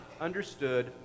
understood